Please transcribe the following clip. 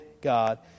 God